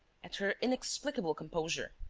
at her inexplicable composure.